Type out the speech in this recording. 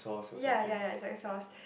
ya ya ya it's like a sauce